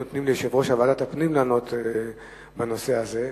היינו נותנים ליושב-ראש ועדת הפנים לענות בנושא הזה.